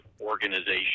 organization